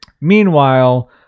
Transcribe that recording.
Meanwhile